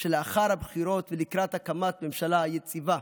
שלאחר הבחירות ולקראת הקמת ממשלה יציבה